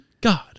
God